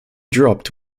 dropped